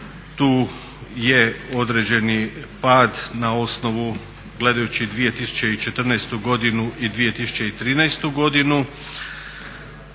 tu je određeni pad na osnovu gledajući 2014. godinu i 2013. godinu,